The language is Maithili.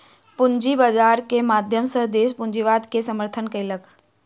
पूंजी बाजार के माध्यम सॅ देस पूंजीवाद के समर्थन केलक